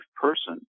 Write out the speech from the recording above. person